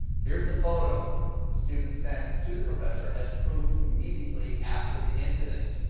here is the photo the student sent to the professor as proof immediately after the incident.